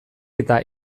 eta